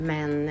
Men